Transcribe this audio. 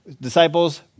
disciples